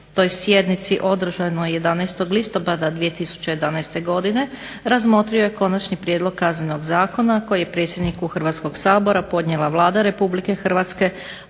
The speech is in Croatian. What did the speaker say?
sjednici održanoj 11. listopada 2011. godine razmotrio je Konačni prijedlog Kaznenog zakona koji je predsjedniku Hrvatskog sabora podnijela Vlada Republike Hrvatske